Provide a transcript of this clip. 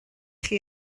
chi